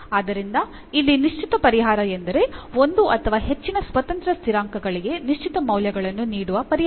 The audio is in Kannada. ಆದ್ದರಿಂದ ಇಲ್ಲಿ ನಿಶ್ಚಿತ ಪರಿಹಾರ ಎಂದರೆ ಒಂದು ಅಥವಾ ಹೆಚ್ಚಿನ ಸ್ವತಂತ್ರ ಸ್ಥಿರಾಂಕಗಳಿಗೆ ನಿಶ್ಚಿತ ಮೌಲ್ಯಗಳನ್ನು ನೀಡುವ ಪರಿಹಾರ